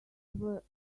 were